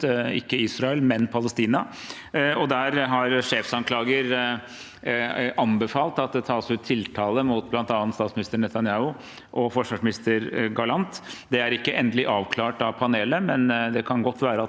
ikke Israel, men Palestina – og der har sjefsanklager anbefalt at det tas ut tiltale mot bl.a. statsminister Netanyahu og forsvarsminister Gallant. Det er ikke endelig avklart av panelet, men det kan godt være at